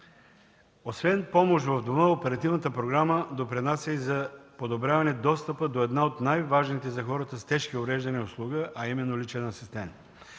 Освен „Помощ в дома”, оперативната програма допринася и за подобряване достъпа до една от най-важните за хората с тежки увреждания услуга – личен асистент.